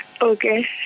Okay